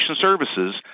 services